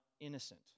innocent